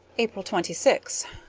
april twenty six.